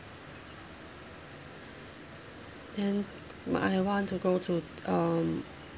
then but I want to go to um